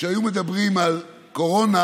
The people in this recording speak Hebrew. כשהיו מדברים על קורונה,